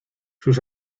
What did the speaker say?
sus